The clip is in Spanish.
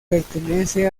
pertenece